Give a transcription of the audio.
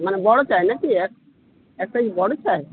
মানে বড় চাই না কি এক এক সাইজ বড় চাই